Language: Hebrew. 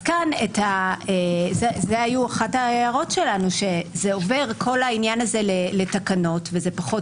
אז כאן הייתה אחת ההערות שלנו: שכל העניין הזה עובר לתקנות וזה פחות